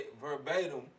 verbatim